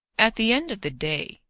at the end of the day,